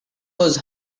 was